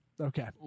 Okay